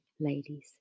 Ladies